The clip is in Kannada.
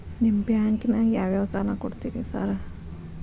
ನಿಮ್ಮ ಬ್ಯಾಂಕಿನಾಗ ಯಾವ್ಯಾವ ಸಾಲ ಕೊಡ್ತೇರಿ ಸಾರ್?